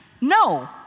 No